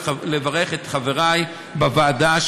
לברך את חברי בוועדה,